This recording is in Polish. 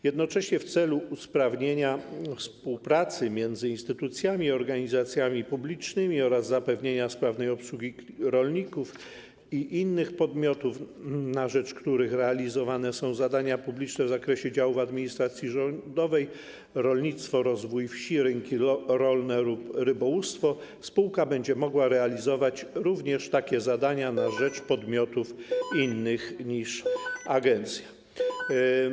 Jednocześnie w celu usprawnienia współpracy między instytucjami i organizacjami publicznymi oraz zapewnienia sprawnej obsługi rolników i innych podmiotów, na rzecz których realizowane są zadania publiczne w zakresie działów administracji rządowej: rolnictwo, rozwój wsi, rynki rolne lub rybołówstwo, spółka będzie mogła realizować również takie zadania na rzecz podmiotów innych niż agencja.